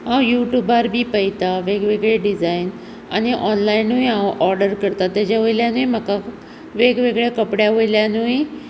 हांव युटुबार बी पयतां वेगवेगळे डिजायन आनी ऑनलायनूय हांव ऑर्डर करतां तेजे वयल्यानूय म्हाका तें वेगवेगळ्या कपड्या वयल्यानूय